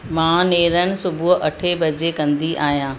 मां नेरनि सुबुहु अठे बजे कंदी आहियां